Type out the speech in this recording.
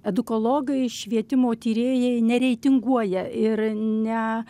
edukologai švietimo tyrėjai nereitinguoja ir ne